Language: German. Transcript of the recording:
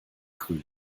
grün